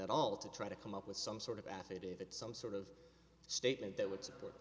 at all to try to come up with some sort of affidavit some sort of statement that would support